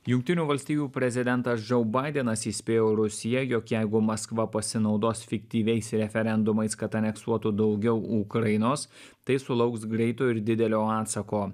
jungtinių valstijų prezidentas džou baidenas įspėjo rusiją jog jeigu maskva pasinaudos fiktyviais referendumais kad aneksuotų daugiau ukrainos tai sulauks greito ir didelio atsako